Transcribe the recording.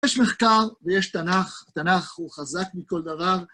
יש מחקר ויש תנ״ך, התנ״ך הוא חזק מכל דבר.